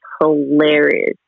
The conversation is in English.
hilarious